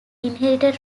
inherited